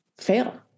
fail